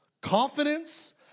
confidence